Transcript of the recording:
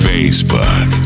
Facebook